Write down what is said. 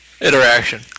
Interaction